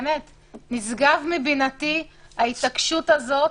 באמת נשגבת מבינתי ההתעקשות הזאת